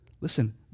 Listen